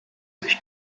sich